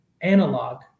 analog